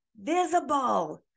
visible